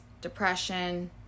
depression